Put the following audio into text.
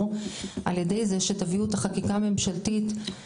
על ידי זה שתביאו את החקיקה הממשלתית?